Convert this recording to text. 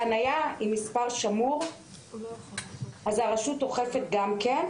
בחניה עם מספר שמור הרשות אוכפת גם כן.